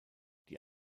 die